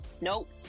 nope